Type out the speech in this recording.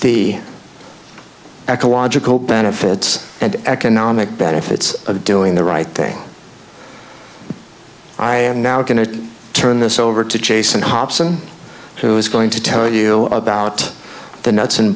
the ecological benefits and economic benefits of doing the right thing i am now going to turn this over to jason hobson who is going to tell you about the nuts and